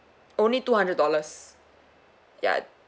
only two hundred dollars yeah